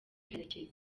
karekezi